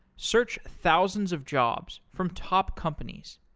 search thousands of jobs from top companies.